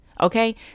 okay